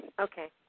Okay